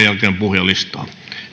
jälkeen puhujalistaan